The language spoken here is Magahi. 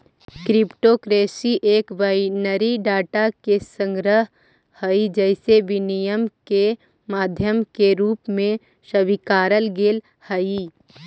क्रिप्टो करेंसी एक बाइनरी डाटा के संग्रह हइ जेसे विनिमय के माध्यम के रूप में स्वीकारल गेले हइ